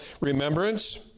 remembrance